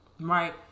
right